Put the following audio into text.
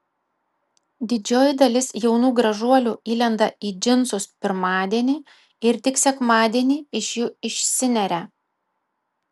didžioji dalis jaunų gražuolių įlenda į džinsus pirmadienį ir tik sekmadienį iš jų išsineria